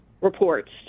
reports